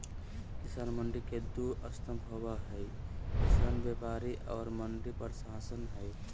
किसान मंडी के दू स्तम्भ होबे हइ किसान व्यापारी और मंडी प्रशासन हइ